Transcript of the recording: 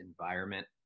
environment